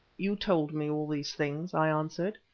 you told me all these things, i answered.